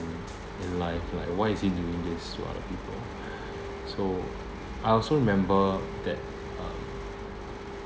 you know in life like why is he doing this to other people so I also remember that um